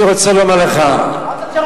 אני רוצה לומר, מה זה הדבר הזה?